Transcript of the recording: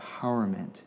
empowerment